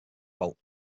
vault